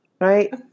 right